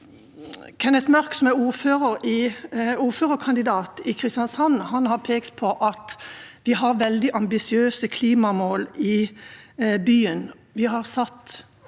Kenneth Mørk, som er ordførerkandidat i Kristiansand, har pekt på at vi har veldig ambisiøse klimamål i